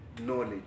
knowledge